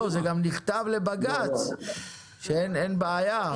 לא, זה גם נכתב לבג"ץ שאין בעיה.